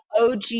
og